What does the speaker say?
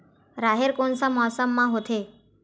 राहेर कोन से मौसम म होथे?